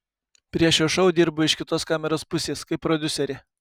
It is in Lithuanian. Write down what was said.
prie šio šou dirbu iš kitos kameros pusės kaip prodiuserė